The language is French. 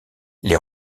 les